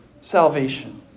salvation